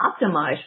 optimize